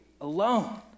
alone